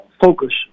focus